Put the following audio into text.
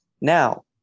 Now